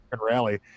rally